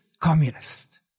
communist